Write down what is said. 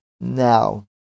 now